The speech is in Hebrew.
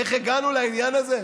איך הגענו לעניין הזה?